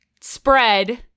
spread